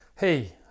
Hey